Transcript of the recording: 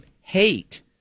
hate